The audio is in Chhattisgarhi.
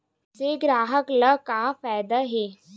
से ग्राहक ला का फ़ायदा हे?